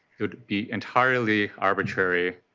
it would be entirely arbitrary,